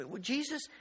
Jesus